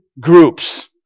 groups